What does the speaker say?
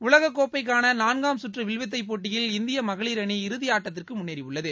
உலக கோப்பைக்கான நான்காம் சுற்று வில்வித்தை போட்டியில் இந்திய மகளிர் அணி இறுதி ஆட்டத்திற்கு முன்னேறி உள்ளது